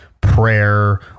prayer